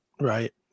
Right